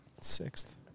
Sixth